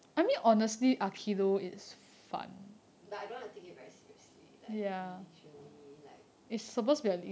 but I don't want to take it very seriously like english only like